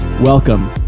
welcome